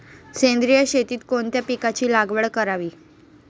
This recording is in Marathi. सेंद्रिय शेतीत कोणत्या पिकाची लागवड करावी?